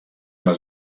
les